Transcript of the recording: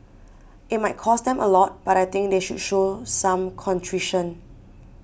it might cost them a lot but I think they should show some contrition